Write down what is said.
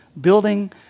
building